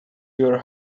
your